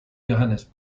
johannes